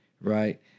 right